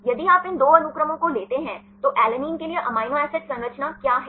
यदि आप इन दो अनुक्रमों को लेते हैं तो ऐलेनिन के लिए अमीनो एसिड संरचना क्या है